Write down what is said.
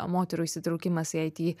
moterų įsitraukimas į it